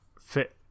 fit